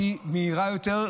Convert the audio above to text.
שהיא מהירה יותר,